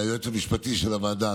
היועץ המשפטי של הוועדה,